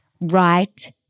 right